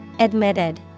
Admitted